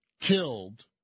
killed